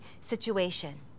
situation